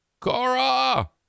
Cora